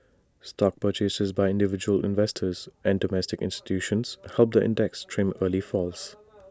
stock purchases by individual investors and domestic institutions helped the index trim early falls